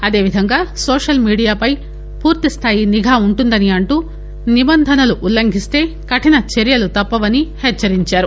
అదేవిధంగా సోషల్ మీడియాపై పూర్తిస్థాయి నిఘా ఉంటుందని అంటూ నిబంధనలను ఉల్లంఘిస్తే కఠిన చర్యలు తప్పవని హెచ్చరించారు